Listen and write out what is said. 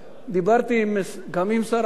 דיברתי גם עם שר האוצר,